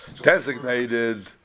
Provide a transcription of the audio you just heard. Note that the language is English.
designated